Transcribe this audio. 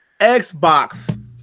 Xbox